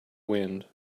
wind